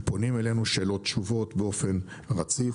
פונים אלינו בשאלות ותשובות באופן רציף,